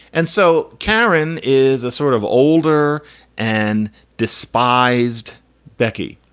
and so karen is a sort of older and despised becky.